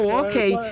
okay